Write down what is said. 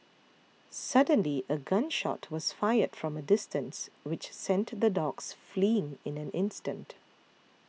suddenly a gun shot was fired from a distance which sent the dogs fleeing in an instant